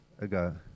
ago